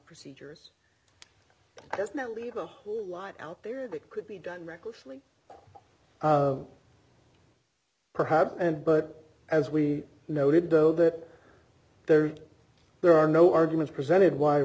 procedures does not leave a whole lot out there that could be done recklessly perhaps and but as we noted though that there is there are no arguments presented why